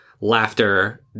laughter